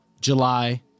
July